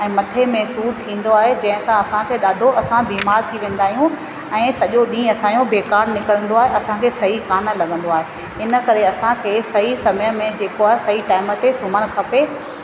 ऐं मथे में सूर थींदो आहे जंहिंसा असांखे ॾाढो असां बीमार थी वेंदा आहियूं ऐं सॼो ॾींह असांजो बेकारु निकिरंदो आहे असांखे सही कोन लॻंदो आहे इन करे असांखे सही समय में जेको आहे सही टाइम ते सुम्हणु खपे